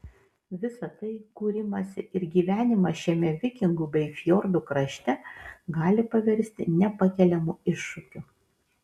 visa tai kūrimąsi ir gyvenimą šiame vikingų bei fjordų krašte gali paversti nepakeliamu iššūkiu